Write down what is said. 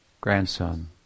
grandson